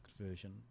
version